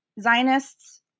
Zionists